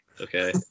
Okay